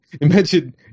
Imagine